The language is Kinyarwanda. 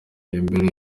imbere